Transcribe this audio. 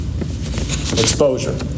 Exposure